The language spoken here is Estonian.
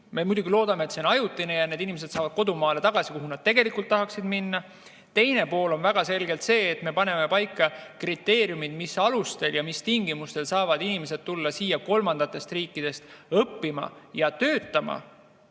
Me muidugi loodame, et see on ajutine ja need inimesed saavad tagasi oma kodumaale, kuhu nad tegelikult tahavad minna. Teine pool on väga selgelt see, et me paneme paika kriteeriumid, mis alustel ja mis tingimustel saavad inimesed tulla siia kolmandatest riikidest õppima ja töötama. Kolmas